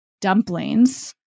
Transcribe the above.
dumplings